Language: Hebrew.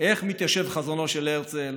איך מתיישב חזונו של הרצל